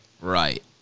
Right